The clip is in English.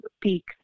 peak